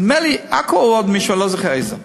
נדמה לי עכו, או עוד משהו, אני לא זוכר איזה.